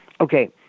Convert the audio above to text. okay